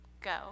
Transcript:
go